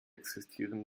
existieren